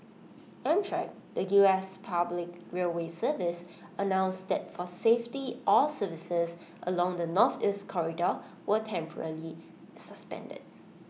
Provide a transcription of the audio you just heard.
amtrak the us public railway service announced that for safety all services along the Northeast corridor were temporarily suspended